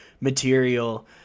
material